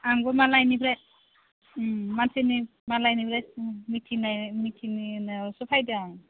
आंबो मालायनिफ्राय मानसिनि मालायनि मिथिनाय मिथिनाय उनावसो फायदो आं